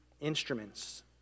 instruments